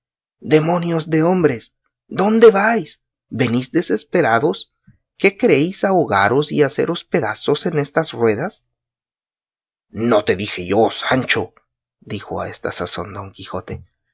demonios de hombres dónde vais venís desesperados qué queréis ahogaros y haceros pedazos en estas ruedas no te dije yo sancho dijo a esta sazón don quijote